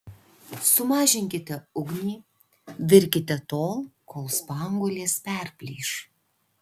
sumažinkite ugnį virkite tol kol spanguolės perplyš